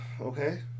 Okay